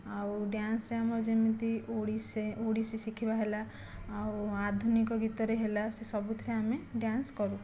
ଆଉ ଡ୍ୟାନ୍ସରେ ଆମର ଯେମିତି ଓଡ଼ିଶେ ଓଡ଼ିଶୀ ଶିଖିବା ହେଲା ଆଉ ଆଧୁନିକ ଗୀତରେ ହେଲା ସେ ସବୁଥିରେ ଆମେ ଡ୍ୟାନ୍ସ କରୁ